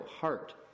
heart